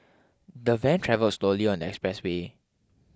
the van travelled slowly on the expressway